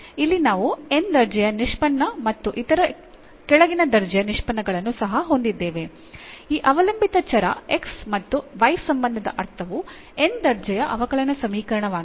ಇಲ್ಲಿ ನಾವು ಈ n ನೇ ದರ್ಜೆಯ ನಿಷ್ಪನ್ನ ಮತ್ತು ಇತರ ಕೆಳಗಿನ ದರ್ಜೆಯ ನಿಷ್ಪನ್ನಗಳನ್ನು ಸಹ ಹೊಂದಿದ್ದೇವೆ ಈ ಅವಲಂಬಿತ ಚರ x ಮತ್ತು y ಸಂಬಂಧದ ಅರ್ಥವು n ನೇ ದರ್ಜೆಯ ಅವಕಲನ ಸಮೀಕರಣವಾಗಿದೆ